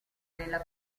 nella